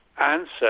answer